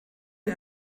der